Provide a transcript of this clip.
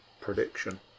prediction